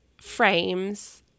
frames